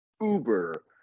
uber